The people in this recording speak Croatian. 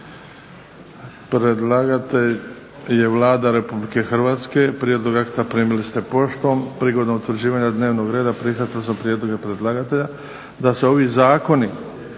Predlagatelj je Vlada Republike Hrvatske, prijedlog akta primili ste poštom, prilikom utvrđivanja dnevnog reda prihvatili smo prijedloge predlagatelja da se ovi Zakoni